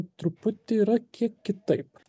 truputį yra kiek kitaip